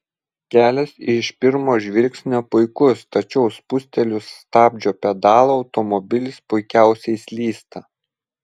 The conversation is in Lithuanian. kelias iš pirmo žvilgsnio puikus tačiau spustelėjus stabdžio pedalą automobilis puikiausiai slysta